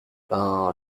ben